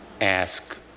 ask